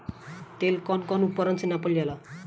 तेल कउन कउन उपकरण से नापल जाला?